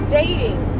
dating